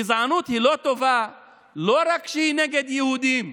גזענות היא לא טובה לא רק כשהיא נגד יהודים,